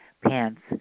Pants